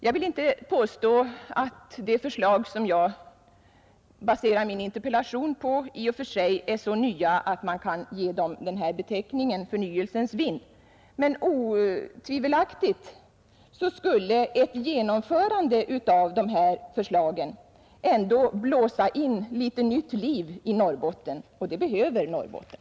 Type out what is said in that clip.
Jag vill inte påstå att de förslag som jag har baserat min interpellation på i och för sig är så nya att man kan ge dem beteckningen förnyelsens vind, men otvivelaktigt skulle ett genomförande av de förslagen ändå blåsa in litet nytt liv i Norrbotten — och det behöver Norrbotten!